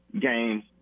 games